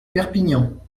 perpignan